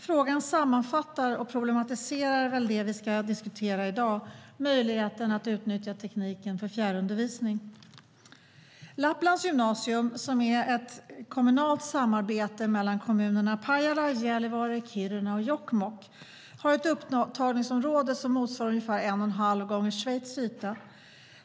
Frågan sammanfattar och problematiserar väl det vi ska diskutera i dag, möjligheten att utnyttja tekniken för fjärrundervisning. Lapplands gymnasium, som är ett kommunalt samarbete mellan kommunerna Pajala, Gällivare, Kiruna och Jokkmokk, har ett upptagningsområde som motsvarar 1,5 gånger Schweiz yta.